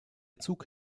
zug